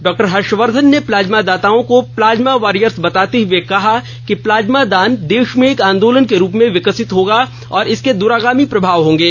डॉ हर्षवर्धन ने प्लाज्मा दाताओं को प्लाज्मा वारियर्स बताते हुए कहा कि प्लाज्मा दान देश में एक आंदोलन के रूप में विकसित होगा और इसके द्रगामी प्रभाव होंगे